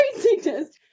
craziness